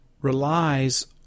relies